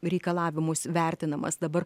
reikalavimus vertinamas dabar